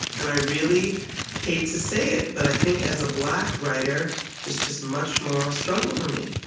and i really hate to say it, but i think as a black writer there's just much more struggle for me,